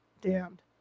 Damned